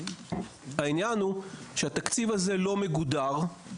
העניין הוא שהתקציב הזה לא מגודר,